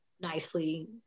nicely